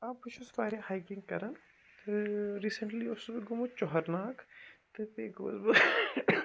آ بہٕ چھُس وارِیاہ ہایکِنٛگ کران تہٕ ریٖسینٛٹلی اوسُس بہٕ گومُت چوہرناگ تہٕ بیٚیہِ گووُس بہٕ